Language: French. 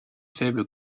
faible